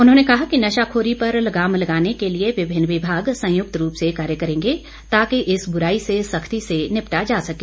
उन्होंने कहा कि नशाखोरी पर लगाम लगाने के लिए विभिन्न विभाग संयुक्त रूप से कार्य करेंगे ताकि इस बुराई से सख्ती से निपटा जा सके